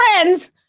friends